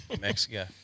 Mexico